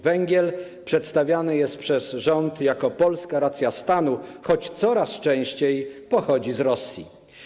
Węgiel przedstawiany jest przez rząd jako polska racja stanu, choć coraz częściej pochodzi z Rosji.